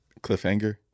Cliffhanger